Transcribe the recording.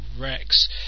Rex